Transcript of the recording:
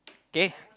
k